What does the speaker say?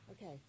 Okay